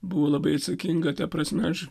buvo labai atsakinga ta prasme aš